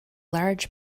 large